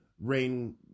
rain